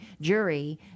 jury